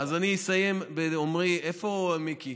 איפה מיקי?